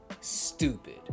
stupid